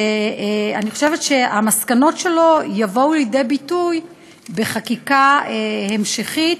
ואני חושבת שהמסקנות שלה יבואו לידי ביטוי בחקיקה המשכית,